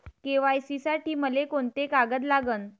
KYC साठी मले कोंते कागद लागन?